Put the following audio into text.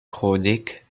chronik